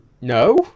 no